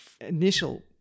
initial